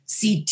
CT